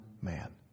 man